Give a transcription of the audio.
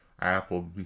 Apple